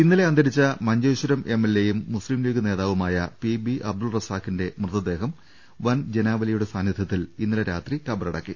ഇന്നലെ അന്തരിച്ച മഞ്ചേശ്വരം എം എൽഎയും മുസ്ലിം ലീഗ് നേതാവുമായ പി ബി അബ്ദുൾറസാഖിന്റെ മൃതദേഹം വൻ ജനാ വലിയുടെ സാന്നിധ്യത്തിൽ ഇന്നലെ രാത്രി ഖബറടക്കി